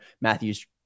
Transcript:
Matthew's